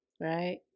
Right